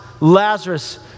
Lazarus